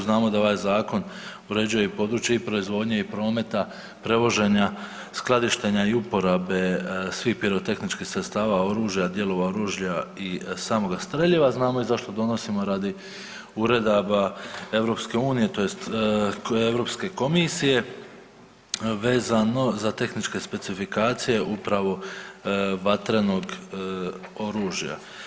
Znamo da ovaj zakon uređuje područje i proizvodnje i prometa prevoženja, skladištenja i uporabe svih pirotehničkih sredstava oružja, dijelova oružja i samoga streljiva, znamo zašto i donosimo, radi uredaba EU tj. Europske komisije vezano za tehničke specifikacije upravo vatrenog oružja.